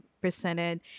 presented